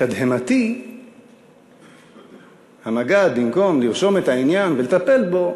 לתדהמתי, המג"ד, במקום לרשום את העניין ולטפל בו,